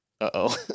Uh-oh